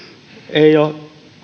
eivät ole